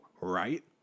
right